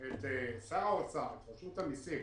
את שר האוצר, את רשות המסים,